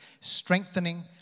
strengthening